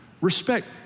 Respect